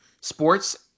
sports